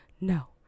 no